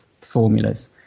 formulas